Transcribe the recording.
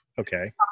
Okay